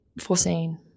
foreseen